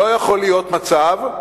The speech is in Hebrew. לא יכול להיות מצב,